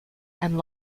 and